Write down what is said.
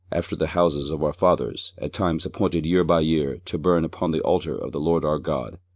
after the houses of our fathers, at times appointed year by year, to burn upon the altar of the lord our god,